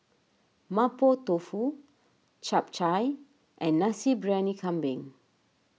Mapo Tofu Chap Chai and Nasi Briyani Kambing